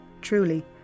truly